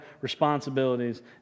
responsibilities